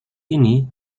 ini